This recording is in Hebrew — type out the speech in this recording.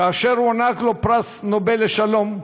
כאשר הוענק לו פרס נובל לשלום,